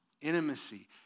Intimacy